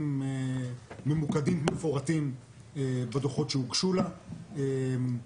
ממוקדים ומפורטים בדו"חות שהוגשו לה,